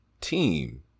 team